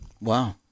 Wow